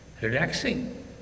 relaxing